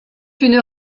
une